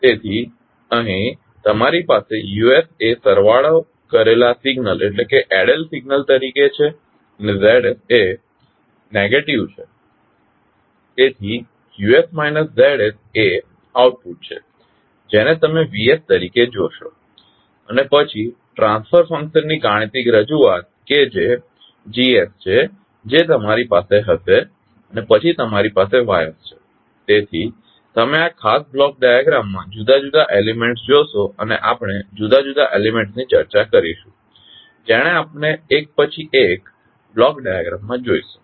તેથી અહીં તમારી પાસે U એ સરવાળો કરેલા સિગ્નલ તરીકે છે અને Zએ નેગેટીવ છે તેથી Us Z એ આઉટપુટ છે જેને તમે Vતરીકે જોશો અને પછી ટ્રાન્સફર ફંક્શન ની ગાણિતિક રજૂઆત કે જે G છે જે તમારી પાસે હશે અને પછી તમારી પાસે Y છે તેથી તમે આ ખાસ બ્લોક ડાયાગ્રામમાં જુદા જુદા એલીમેન્ટ્સ જોશો અને આપણે જુદા જુદા એલીમેન્ટ્સ ની ચર્ચા કરીશું જેને આપણે એક પછી એક બ્લોક ડાયાગ્રામમાં જોઇશું